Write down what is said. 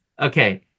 Okay